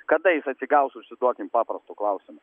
kada jis atsigaus užsiduokim paprastu klausimu